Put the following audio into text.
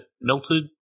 melted